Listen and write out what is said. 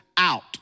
Out